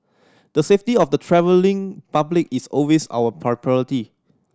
the safety of the travelling public is always our priority